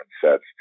sets